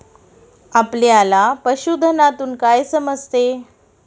आपल्याला पशुधनातून काय समजते?